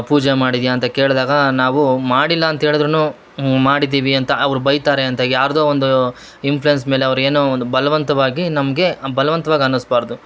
ಪೂಜೆ ಮಾಡಿದ್ಯಾ ಅಂತ ಕೇಳ್ದಾಗ ನಾವು ಮಾಡಿಲ್ಲ ಅಂತೇಳದರೂನು ಮಾಡಿದ್ದೀವಿ ಅಂತ ಅವ್ರು ಬೈತಾರೆ ಅಂತ ಯಾರದ್ದೋ ಒಂದು ಇನ್ಫ್ಲಯನ್ಸ್ ಮೇಲೆ ಅವ್ರು ಏನೋ ಒಂದು ಬಲವಂತವಾಗಿ ನಮಗೆ ಬಲವಂತ್ವಾಗಿ ಅನ್ನಸ್ಬಾರದು